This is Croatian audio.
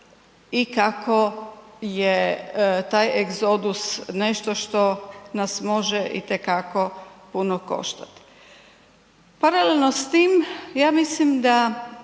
i kako je taj egzodus nešto što nas može itekako puno koštati. Paralelno s tim ja mislim da